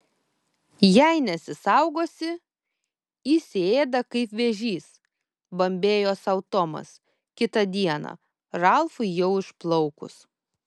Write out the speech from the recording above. jei nesisaugosi įsiėda kaip vėžys bambėjo sau tomas kitą dieną ralfui jau išplaukus